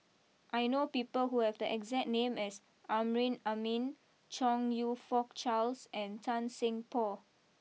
I know people who have the exact name as Amrin Amin Chong you Fook Charles and Tan Seng Poh